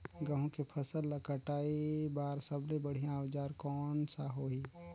गहूं के फसल ला कटाई बार सबले बढ़िया औजार कोन सा होही?